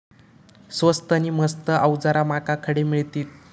स्वस्त नी मस्त अवजारा माका खडे मिळतीत?